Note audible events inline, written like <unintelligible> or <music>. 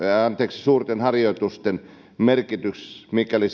suurten harjoitusten merkitys mikäli <unintelligible>